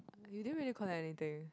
you don't really collect anything